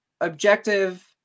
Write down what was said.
objective